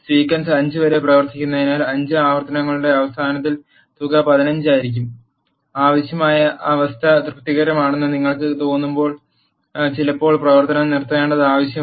sequence 5 വരെ പ്രവർത്തിക്കുന്നതിനാൽ 5 ആവർത്തനങ്ങളുടെ അവസാനത്തിൽ തുക 15 ആയിരിക്കും ആവശ്യമായ അവസ്ഥ തൃപ്തികരമാണെന്ന് നിങ്ങൾക്ക് തോന്നുമ്പോൾ ചിലപ്പോൾ പ്രവർത്തനം നിർത്തേണ്ടത് ആവശ്യമാണ്